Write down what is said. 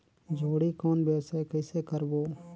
जोणी कौन व्यवसाय कइसे करबो?